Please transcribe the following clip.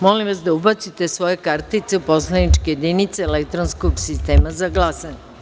Molim vas da ubacite svoje kartice u poslaničke jedinice elektronskog sistema za glasanje.